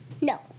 No